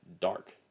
dark